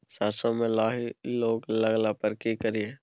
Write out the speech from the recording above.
सरसो मे लाही रोग लगला पर की करिये?